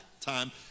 time